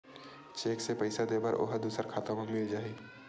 Cheque से पईसा दे बर ओहा दुसर खाता म मिल जाही?